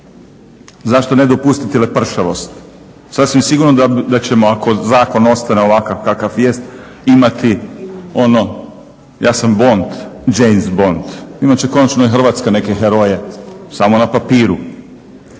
Zašto ne dopustiti lepršavost? Sasvim sigurno da ćemo ako zakon ostane ovakav kakav jest imati ono ja sam Bond, James Bond. Imat će konačno i Hrvatska neke heroje, samo na papiru.